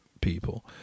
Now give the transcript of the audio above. people